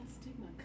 stigma